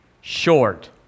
short